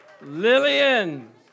Lillian